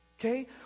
okay